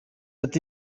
ati